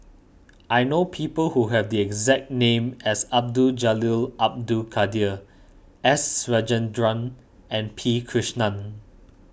I know people who have the exact name as Abdul Jalil Abdul Kadir S Rajendran and P Krishnan